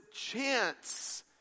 chance